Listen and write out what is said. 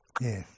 Yes